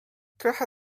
trochę